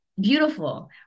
Beautiful